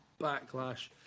Backlash